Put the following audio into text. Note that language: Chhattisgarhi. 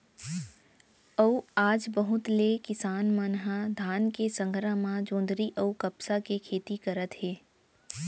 अउ आज बहुत ले किसान मन ह धान के संघरा म जोंधरी अउ कपसा के खेती करत हे